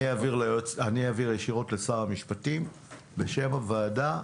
ואני אעביר ישירות לשר המשפטים בשם הוועדה.